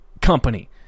company